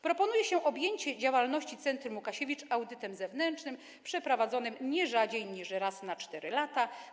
Proponuje się objęcie działalności Centrum Łukasiewicz audytem zewnętrznym przeprowadzanym nie rzadziej niż raz na 4 lata.